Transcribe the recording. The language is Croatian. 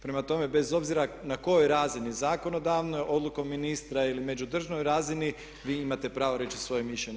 Prema tome, bez obzira na kojoj razini zakonodavnoj odlukom ministra ili međudržavnoj razini vi imate pravo reći svoje mišljenje.